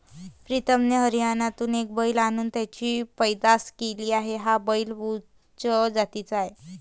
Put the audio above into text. प्रीतमने हरियाणातून एक बैल आणून त्याची पैदास केली आहे, हा बैल उच्च जातीचा आहे